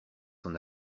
son